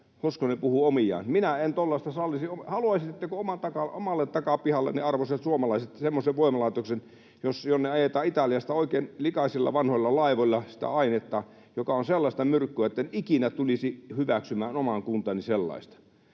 Hoskonen puhuu omiaan. Minä en tuollaista sallisi. Haluaisitteko omalle takapihallenne, arvoisat suomalaiset, semmoisen voimalaitoksen, jonne ajetaan Italiasta oikein likaisilla vanhoilla laivoilla sitä ainetta, joka on sellaista myrkkyä, etten ikinä tulisi hyväksymään omaan kuntaani sellaista?